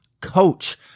coach